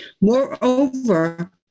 Moreover